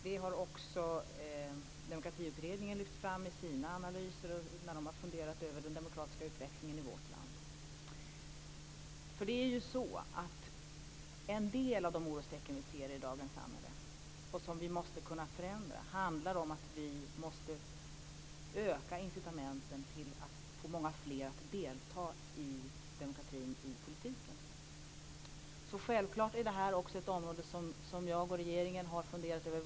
Det har också Demokratiutredningen lyft fram i sina analyser när den har funderat över den demokratiska utvecklingen i vårt land. En del av de orostecken vi ser i dagens samhälle, som vi måste kunna påverka, påverkar vi genom att öka incitamenten för många fler att delta i demokratin och i politiken. Självklart är detta ett område som jag och regeringen har funderat över.